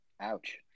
Ouch